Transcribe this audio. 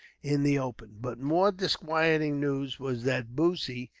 in the open. but more disquieting news was that bussy,